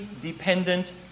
dependent